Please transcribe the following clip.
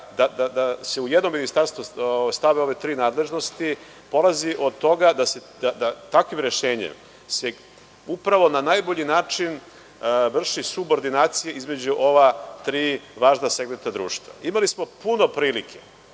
da se u jedno ministarstvo stave ove tri nadležnosti polazi od toga da se takvim rešenjem upravo na najbolji način vrši subordinacija između ova tri važna segmenta društva. Imali smo puno prilike